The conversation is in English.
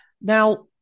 Now